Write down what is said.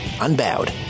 unbowed